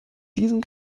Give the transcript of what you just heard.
diesen